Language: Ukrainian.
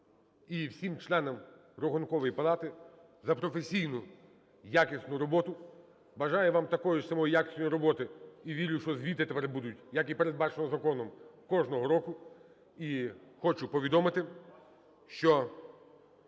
і всім членам Рахункової палати за професійну якісну роботу. Бажаю вам такої ж само якісної роботи, і вірю, що звіти тепер будуть, як і передбачено законом, кожного року. І хочу повідомити, що